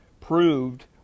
proved